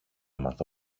μάθω